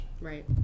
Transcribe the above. right